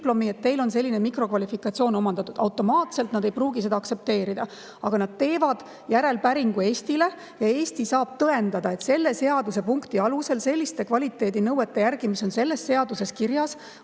et teil on selline mikrokvalifikatsioon omandatud, siis automaatselt ei pruugi nad seda aktsepteerida. Aga nad teevad Eestile järelepäringu ja Eesti saab tõendada, et selle seadusepunkti alusel, selliste kvaliteedinõuete järgi, mis on selles seaduses kirjas,